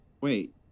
Wait